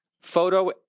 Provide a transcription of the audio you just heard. photo